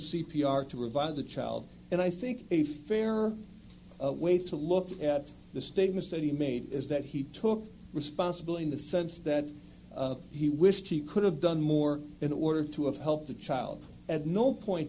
r to revive the child and i think a fair way to look at the statements that he made is that he took responsibility in the sense that he wished he could have done more in order to have helped the child at no point